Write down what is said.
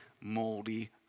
moldy